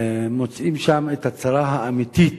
מוצאים שם את הצרה האמיתית